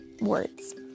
words